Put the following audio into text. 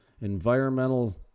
environmental